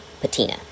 patina